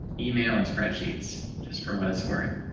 email and spreadsheets, just for what it's worth.